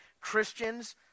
Christians